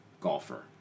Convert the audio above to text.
golfer